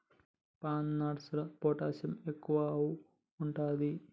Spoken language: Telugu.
పైన్ నట్స్ ల ప్రోటీన్ ఎక్కువు ఉంటది